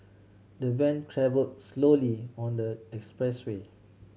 the van travelled slowly on the expressway